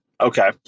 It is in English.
Okay